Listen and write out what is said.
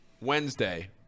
Wednesday